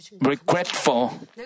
regretful